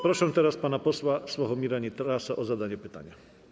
Proszę teraz pana posła Sławomira Nitrasa o zadanie pytania.